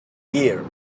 year